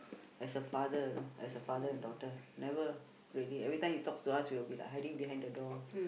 as a father you know as a father and daughter never really every time he talks to us we'll be like hiding behind the door